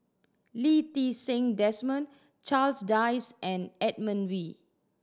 Lee Ti Seng Desmond Charles Dyce and Edmund Wee